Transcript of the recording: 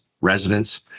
residents